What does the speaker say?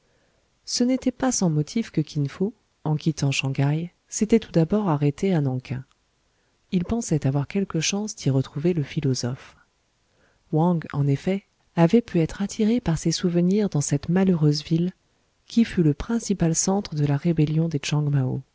ce n'était pas sans motif que kin fo en quittant shang haï s'était tout d'abord arrêté à nan king il pensait avoir quelques chances d'y retrouver le philosophe wang en effet avait pu être attiré par ses souvenirs dans cette malheureuse ville qui fut le principal centre de la rébellion des